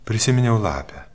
prisiminiau lapę